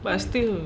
but still